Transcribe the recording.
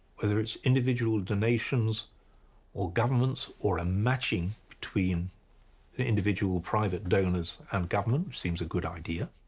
whether, it's individual donations or governments or a matching between individual private donors and government which seems a good idea.